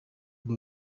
ngo